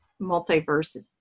multiverse